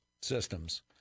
systems